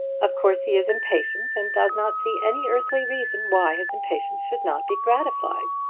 of course he is impatient, and does not see any earthly reason why his impatience should not be gratified.